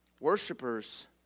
worshippers